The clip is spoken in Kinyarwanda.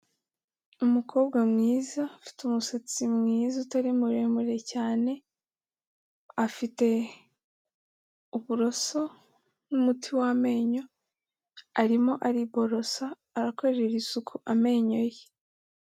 Umukobwa mwiza ufite umusatsi mwiza utari muremure cyane, afite uburoso n'umuti w'amenyo arimo ariborosa arakorera isuku amenyo ye.